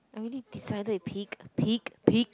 I already decided you pig pig pig